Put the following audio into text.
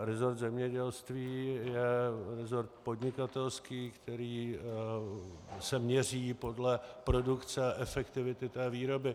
Resort zemědělství je resort podnikatelský, který se měří podle produkce, efektivity výroby.